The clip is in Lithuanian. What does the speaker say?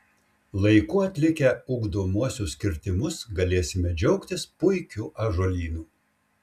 laiku atlikę ugdomuosius kirtimus galėsime džiaugtis puikiu ąžuolynu